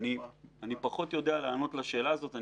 אני פחות יודע לענות לשאלה הזאת.